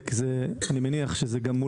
אני מניח שחלק